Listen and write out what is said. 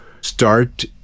start